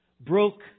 broke